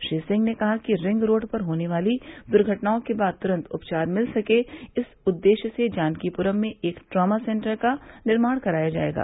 श्री सिंह ने कहा कि रिंग रोड पर होने वाली दुर्घटनाओं के बाद तुरन्त उपचार मिल सके इस उद्देश्य से जानकीपुरम में एक ट्रामा सेन्टर का निर्माण कराया जायेगा